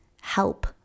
help